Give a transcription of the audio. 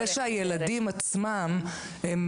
זה שהילדים עצמם הם